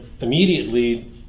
immediately